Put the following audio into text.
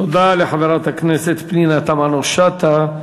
תודה לחברת הכנסת פנינה תמנו-שטה.